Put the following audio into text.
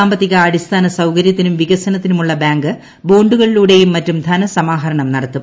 സാമ്പത്തിക അടിസ്ഥാന സൌകര്യത്തിനും വികസനത്തിനുമുള്ള ് ബാങ്ക് ബോണ്ടുകളിലൂടെയും മറ്റും ധനസമാഹരണം നടത്തും